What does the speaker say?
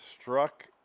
Struck